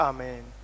Amen